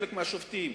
חלק מהשופטים,